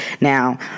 Now